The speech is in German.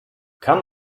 kann